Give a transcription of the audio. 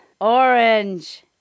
Orange